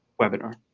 webinar